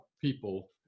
people